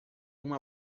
uma